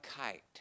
kite